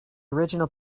original